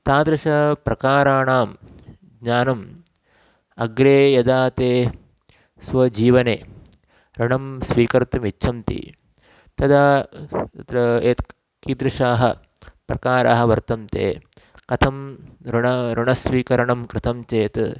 तादृशप्रकाराणां ज्ञानम् अग्रे यदा ते स्वजीवने ऋणं स्वीकर्तुम् इच्छन्ति तदा तत्र यत् कीदृशाः प्रकाराः वर्तन्ते कथम् ऋणम् ऋणस्वीकरणं कृतं चेत्